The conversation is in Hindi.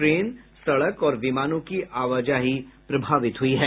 ट्रेन सड़क और विमानों की आवाजाही प्रभावित हुई है